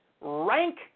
rank